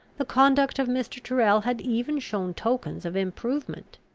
the conduct of mr. tyrrel had even shown tokens of improvement.